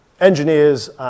engineers